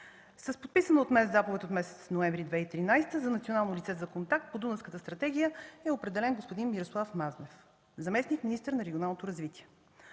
С подписана от мен заповед от месец ноември 2013 г. за национално лице за контакт по Дунавската стратегия е определен господин Мирослав Мазнев – заместник-министър на регионалното развитие.